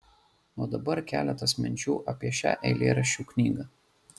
o dabar keletas minčių apie šią eilėraščių knygą